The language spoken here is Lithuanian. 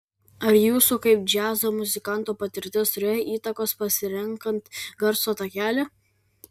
ar jūsų kaip džiazo muzikanto patirtis turėjo įtakos pasirenkant garso takelį